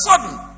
sudden